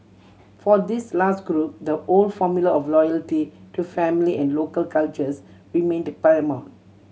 for this last group the old formula of loyalty to family and local cultures remained paramount